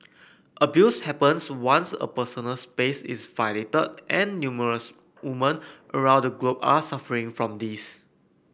abuse happens once a personal space is violated and numerous woman around the globe are suffering from this